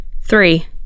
Three